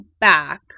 back